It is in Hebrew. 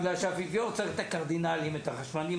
בגלל שאפיפיור צריך את הקרדינלים ואת החשמנים,